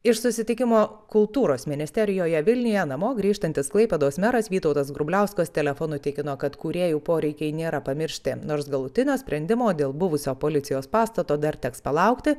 iš susitikimo kultūros ministerijoje vilniuje namo grįžtantis klaipėdos meras vytautas grubliauskas telefonu tikino kad kūrėjų poreikiai nėra pamiršti nors galutinio sprendimo dėl buvusio policijos pastato dar teks palaukti